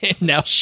now